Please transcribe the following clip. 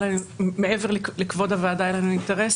ומעבר לכבוד הוועדה היה לנו אינטרס,